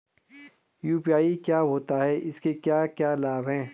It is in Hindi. यु.पी.आई क्या होता है इसके क्या क्या लाभ हैं?